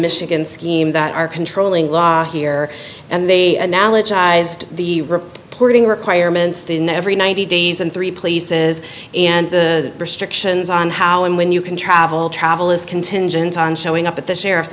michigan scheme that are controlling law here and they analogized the reporting requirements than every ninety days and three places and the restrictions on how and when you can travel travel is contingent on showing up at the sheriff's